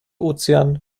ozean